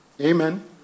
amen